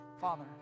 Father